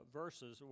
verses